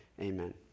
Amen